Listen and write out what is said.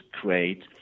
create